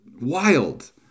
wild